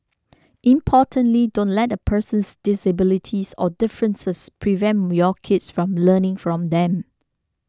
importantly don't let a person's disabilities or differences prevent your kids from learning from them